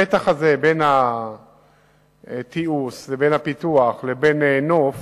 המתח הזה בין התיעוש לבין הפיתוח לבין נוף